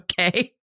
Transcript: okay